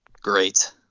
Great